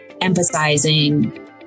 emphasizing